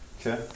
Okay